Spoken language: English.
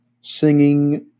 singing